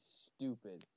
stupid